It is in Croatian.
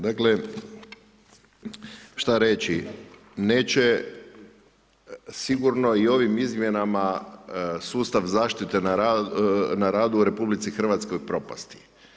Dakle, šta reći, neće sigurno i ovim izmjenama, sustav zaštite na radu u RH propasti.